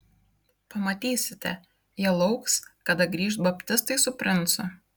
pamatysite jie lauks kada grįš baptistai su princu